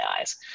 eyes